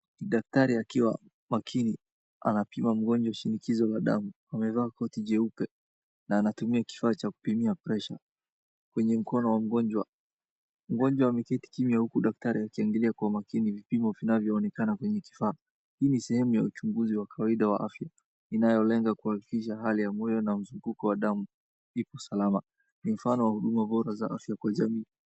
Daktari akiwa makini anapima mgonjwa shinikizo la damu, amevaa koti jeupe na anatumia kifaa cha kupimia pressure , kwenye mkono wa mgonjwa. Mgonjwa ameketi chini uku daktri akiangalia kwa makini vipimo vinavyoonekana kwenye kifa. Hii ni sehemu ya uchunguzi wa kawaida ya afya inayolenga kuhakikisha hali ya moyo na msutuko wa damu iko salama. Ni mfano wa huduma bora za afya kwa jamii.